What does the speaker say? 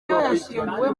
yashyinguwe